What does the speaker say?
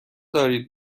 دارید